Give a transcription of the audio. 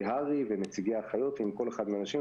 הר"י ונציגי האחיות ועם כל אחד מהאנשים,